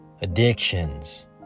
addictions